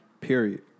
period